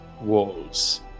walls